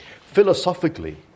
Philosophically